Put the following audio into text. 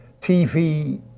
TV